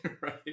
right